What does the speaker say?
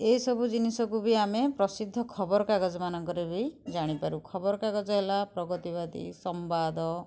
ଏହି ସବୁ ଜିନିଷକୁ ବି ଆମେ ପ୍ରସିଦ୍ଧ ଖବରକାଗଜ ମାନଙ୍କରେ ବି ଜାଣିପାରୁ ଖବରକାଗଜ ହେଲା ପ୍ରଗତିବାଦୀ ସମ୍ବାଦ